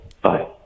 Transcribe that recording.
Bye